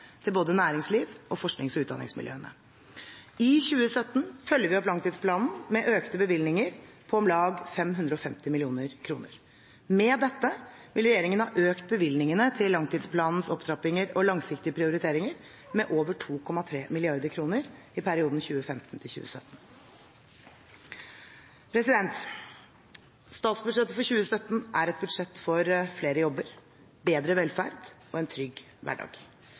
til både næringslivet og forsknings- og utdanningsmiljøene. I 2017 følger vi opp langtidsplanen med økte bevilgninger på om lag 550 mill. kr. Med dette vil regjeringen ha økt bevilgningene til langtidsplanens opptrappinger og langsiktige prioriteringer med over 2,3 mrd. kr i perioden 2015–2017. Statsbudsjettet for 2017 er et budsjett for flere jobber, bedre velferd og en trygg hverdag.